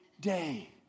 day